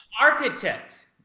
architect